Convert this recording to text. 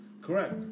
Correct